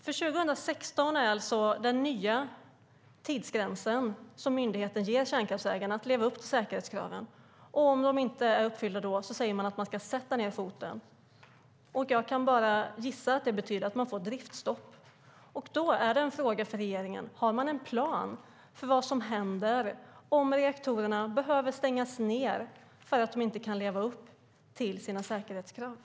2016 är alltså den nya tidsgränsen som myndigheten ger kärnkraftsägarna att leva upp till säkerhetskraven. Om de inte gör det säger man att man ska sätta ned foten. Jag kan bara gissa att det betyder driftstopp. Och då är det en fråga för regeringen. Har man någon plan för vad som händer om reaktorerna behöver stängas ned för att ägarna inte kan leva upp till säkerhetskraven?